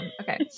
Okay